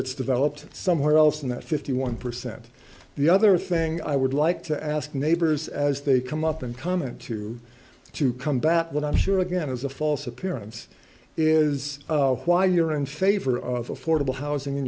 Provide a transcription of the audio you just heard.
that's developed somewhere else in that fifty one percent the other thing i would like to ask neighbors as they come up and comment to to come back when i'm sure again is a false appearance is why you're in favor of affordable housing in